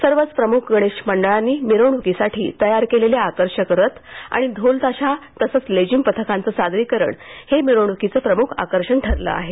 सर्वच प्रमुख गणेश मंडळांनी मिरवण्कीसाठी तयार केलेले आकर्षक रथ आणि ढोल ताशा तसच लेझीम पथकांचं सादरीकरण हे मिरवणुकीचं प्रमुख आकर्षण ठरलं आहे